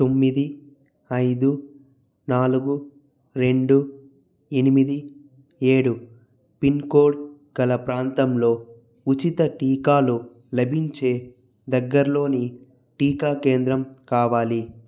తొమ్మిది ఐదు నాలుగు రెండు ఎనిమిది ఏడు పిన్కోడ్ గల ప్రాంతంలో ఉచిత టీకాలు లభించే దగ్గరలోని టీకా కేంద్రం కావాలి